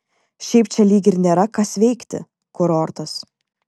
šiaip čia lyg ir nėra kas veikti kurortas